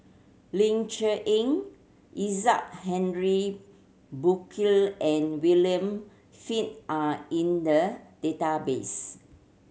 Ling Cher Eng Isaac Henry Burkill and William Flint are in the database